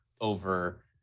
over